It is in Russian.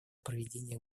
проведения